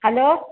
hello